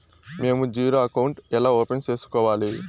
మేము zero account ఎలా open సేసుకోవాలి